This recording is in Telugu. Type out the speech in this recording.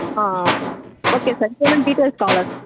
ఓకే సార్ ఇంకేమైనా డీటెయిల్స్ కావాలా సార్